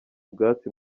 ubwatsi